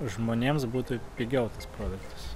žmonėms būtų pigiau tas produktas